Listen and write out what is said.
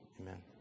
Amen